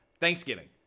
Thanksgiving